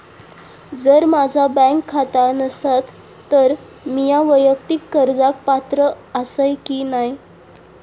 जर माझा बँक खाता नसात तर मीया वैयक्तिक कर्जाक पात्र आसय की नाय?